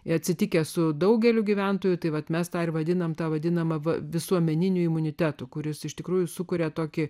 ir atsitikę su daugeliu gyventojų tai vat mes tą ir vadiname tą vadinamą visuomeniniu imunitetu kuris iš tikrųjų sukuria tokį